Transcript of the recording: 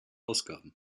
ausgaben